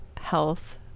health